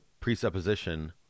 presupposition